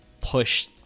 push